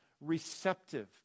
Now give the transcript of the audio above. receptive